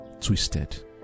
twisted